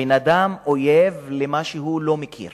הבן-אדם אויב למה שהוא לא מכיר.